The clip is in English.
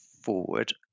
forward